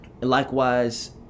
Likewise